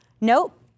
Nope